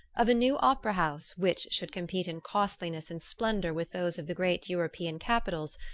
of a new opera house which should compete in costliness and splendour with those of the great european capitals,